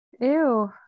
Ew